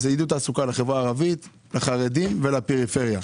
זה עידוד תעסוקה לחברה הערבית, לחרדים ולפריפריה.